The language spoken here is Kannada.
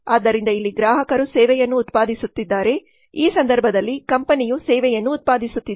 ಆದ್ದರಿಂದ ಇಲ್ಲಿ ಗ್ರಾಹಕರು ಸೇವೆಯನ್ನು ಉತ್ಪಾದಿಸುತ್ತಿದ್ದಾರೆ ಈ ಸಂದರ್ಭದಲ್ಲಿ ಕಂಪನಿಯು ಸೇವೆಯನ್ನು ಉತ್ಪಾದಿಸುತ್ತಿದೆ